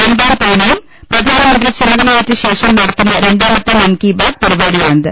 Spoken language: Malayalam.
രണ്ടാംതവണയും പ്രധാനമ ന്ത്രിയായി ചുമതലയേറ്റ ശേഷം നടത്തുന്ന രണ്ടാമത്തെ മൻ കി ബാത് പരിപാടിയാണിത്